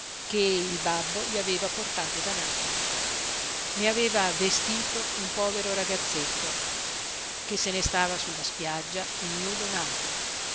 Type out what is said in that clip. che il babbo gli aveva portato da napoli ne aveva vestito un povero ragazzetto che se ne stava su la spiaggia ignudo nato